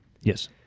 yes